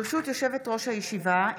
ברשות יושבת-ראש הישיבה,